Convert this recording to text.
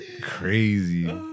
crazy